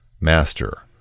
Master